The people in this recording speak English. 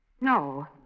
No